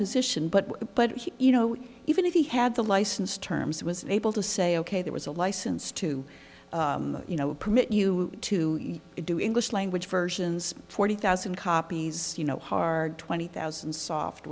position but you know even if he had the license terms was able to say ok there was a license to you know a permit you to do english language versions forty thousand copies you know hard twenty thousand soft